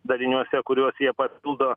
daliniuose kuriuos jie papildo